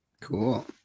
Cool